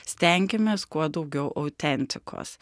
stenkimės kuo daugiau autentikos